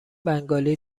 بنگالی